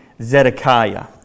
Zedekiah